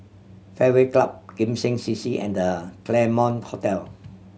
Fairway Club Kim Seng C C and The Claremont Hotel